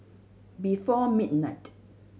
before midnight